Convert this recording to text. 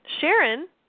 Sharon